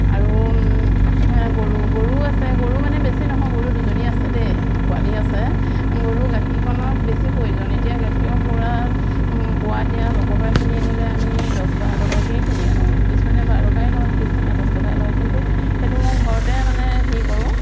আৰু গৰু গৰু আছে গৰু মানে বেছি নহয় গৰু দুজনী আছে দেই পোৱালি আছে গৰু গাখীৰকণৰ বেছি প্ৰয়োজন এতিয়া গাখীৰ পৰা পোৱা এতিয়া লোকৰ পৰা কিনি আনিলে আমি দছ বাৰ টকাকে কিনি আনো কিছুমানে বাৰটকাই লয় কিছুমানে দছ টকাই লয় কিন্তু সেইটো মোৰ ঘৰতে মানে হেৰি কৰোঁ